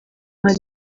mali